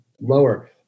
lower